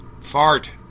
Fart